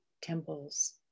temples